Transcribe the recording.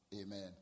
Amen